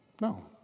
No